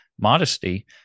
modesty